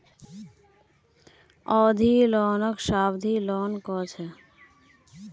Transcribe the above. अवधि लोनक सावधि लोन कह छेक